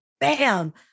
bam